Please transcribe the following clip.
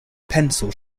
pencil